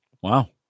Wow